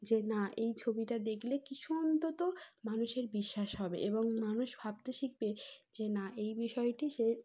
যে না এই ছবিটা দেখলে কিছু অন্তত মানুষের বিশ্বাস হবে এবং মানুষ ভাবতে শিখবে যে না এই বিষয়টি সে